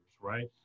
right